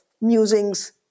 musings